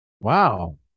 Wow